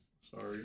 Sorry